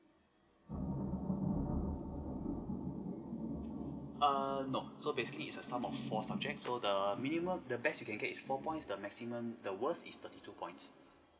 err no so basically it's a sum of four subjects so the minimum the best you can get is four points the maximum the worst is thirty two points